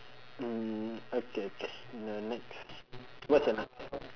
mm okay okay the next what's your next